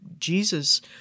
Jesus